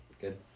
Good